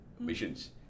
Missions